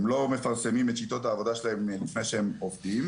הם לא מפרסמים את שיטות העבודה שלהם לפני שהם עובדים,